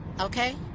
Okay